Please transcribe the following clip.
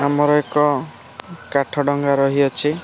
ଆମର ଏକ କାଠ ଡଙ୍ଗା ରହିଅଛି